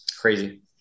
Crazy